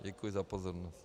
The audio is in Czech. Děkuji za pozornost.